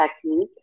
technique